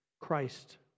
Christ